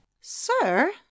Sir